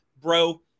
bro